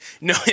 No